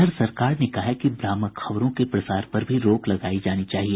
इधर सरकार ने कहा है कि भ्रामक खबरों के प्रसार पर भी रोक लगाई जानी चाहिए